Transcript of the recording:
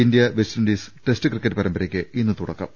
India West Indies test cricket പരമ്പരക്ക് ഇന്ന് തുടക്കം